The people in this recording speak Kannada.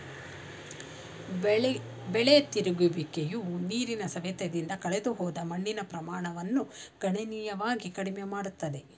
ಬೆಳೆ ತಿರುಗುವಿಕೆಯು ನೀರಿನ ಸವೆತದಿಂದ ಕಳೆದುಹೋದ ಮಣ್ಣಿನ ಪ್ರಮಾಣವನ್ನು ಗಣನೀಯವಾಗಿ ಕಡಿಮೆ ಮಾಡುತ್ತದೆ